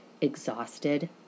exhausted